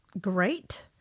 Great